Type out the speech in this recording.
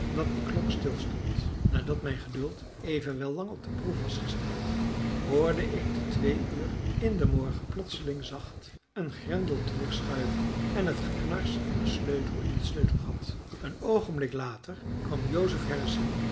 dat die klok stilstond nadat mijn geduld evenwel lang op de proef was gesteld hoorde ik te twee uur in den morgen plotseling zacht een grendel terugschuiven en het geknars van een sleutel in het sleutelgat een oogenblik later kwam